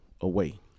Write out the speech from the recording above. away